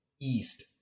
east